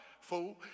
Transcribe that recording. fool